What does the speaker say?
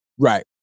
Right